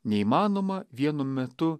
neįmanoma vienu metu